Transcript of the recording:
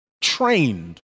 Trained